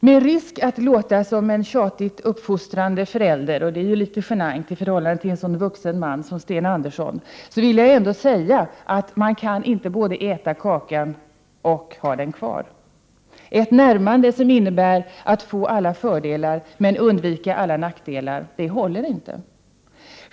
Med risk för att låta som en tjatigt uppfostrande förälder — det är litet genant i förhållande till en så vuxen man som Sten Andersson — vill jag säga följande till utrikesministern: Man kan inte både äta upp kakan och ha den kvar. Ett närmande, som innebär att få alla fördelar men undvika alla nackdelar, håller inte.